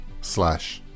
slash